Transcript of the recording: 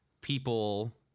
people